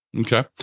Okay